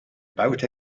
boat